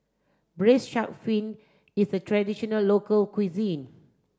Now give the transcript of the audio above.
braised shark fin is a traditional local cuisine